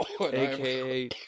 AKA